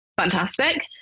fantastic